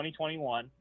2021